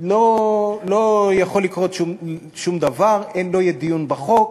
לא יכול לקרות שום דבר, לא יהיה דיון בחוק,